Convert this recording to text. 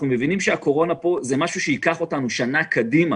אנחנו מבינים שהקורונה תיקח אותנו שנה קדימה.